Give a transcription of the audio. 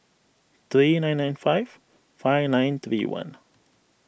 three nine nine five five nine three one